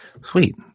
Sweet